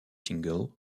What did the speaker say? singles